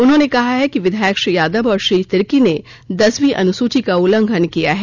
उन्होंने कहा है कि विधायक श्री यादव और श्री तिर्की ने दसवीं अनुसूची का उल्लंघन किया है